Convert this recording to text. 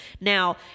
Now